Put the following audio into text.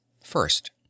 FIRST